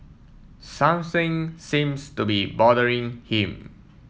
something seems to be bothering him